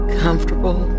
comfortable